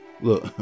Look